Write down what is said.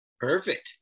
Perfect